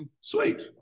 Sweet